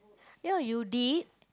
ya you did